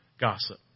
gossip